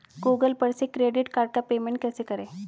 Google पर से credit card का पेमेंट कैसे करें?